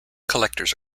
collectors